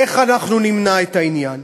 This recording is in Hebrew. איך אנחנו נמנע את העניין?